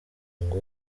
ngo